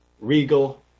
regal